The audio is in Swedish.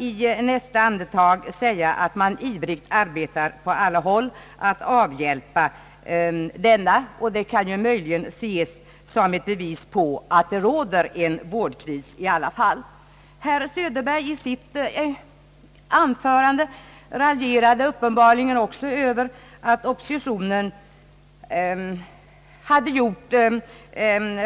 I nästa andetag förklarade han att man på alla håll ivrigt arbetar för att avhjälpa denna kris och detta kan väl tas som ett bevis på att vi i alla fall har en vårdkris. Herr Söderberg raljerade i sitt anförande uppenbarligen också över att oppositionen hade gjort